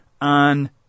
on